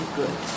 good